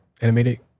animated